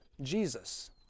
Jesus